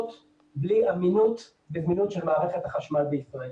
בלי אמינות וזמינות של מערכת החשמל בישראל.